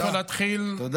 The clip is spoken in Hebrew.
אדוני היו"ר.